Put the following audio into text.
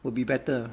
would be better